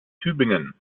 tübingen